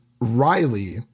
Riley